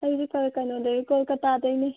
ꯑꯩꯁꯤ ꯀꯩꯅꯣ ꯀꯣꯜꯀꯥꯇꯥꯗꯩꯅꯤ